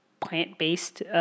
plant-based